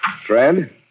Fred